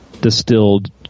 distilled